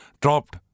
dropped